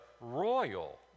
royal